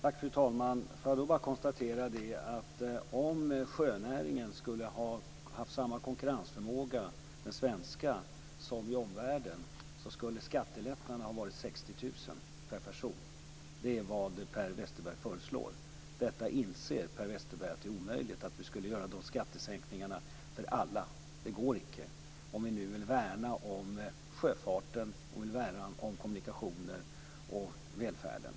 Fru talman! Låt mig bara konstatera att om den svenska sjönäringen skulle haft samma konkurrensförmåga som den i omvärlden skulle skattelättnaderna ha varit 60 000 per person. Det är vad Per Westerberg föreslår. Per Westerberg inser att det är omöjligt att göra dessa skattesänkningar för alla. Det går inte om vi vill värna om sjöfarten, om kommunikationerna och om välfärden.